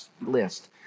list